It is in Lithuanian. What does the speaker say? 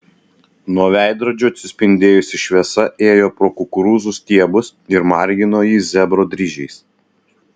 nuo veidrodžių atsispindėjusi šviesa ėjo pro kukurūzų stiebus ir margino jį zebro dryžiais